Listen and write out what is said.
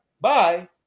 Bye